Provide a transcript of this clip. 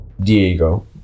Diego